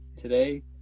Today